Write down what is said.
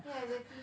yeah exactly